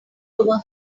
over